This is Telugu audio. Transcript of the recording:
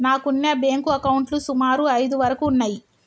నాకున్న బ్యేంకు అకౌంట్లు సుమారు ఐదు వరకు ఉన్నయ్యి